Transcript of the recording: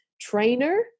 trainer